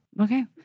Okay